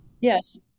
Yes